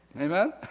Amen